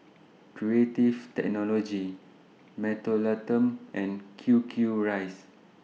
Creative Technology Mentholatum and Q Q Rice